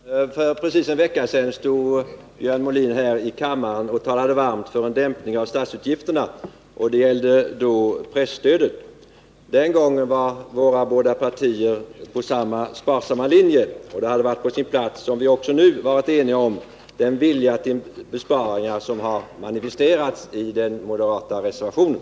Herr talman! För precis en vecka sedan stod Björn Molin här i kammaren och talade varmt för en dämpning av statsutgifterna. Det gällde då presstödet. Den gången var våra båda partier på samma sparsamma linje. Det hade varit på sin plats om vi också nu hade varit eniga om den vilja till besparingar som har manifesterats i den moderata reservationen.